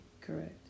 Correct